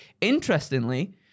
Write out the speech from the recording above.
Interestingly